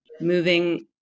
moving